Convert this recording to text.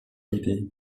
idee